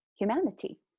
humanity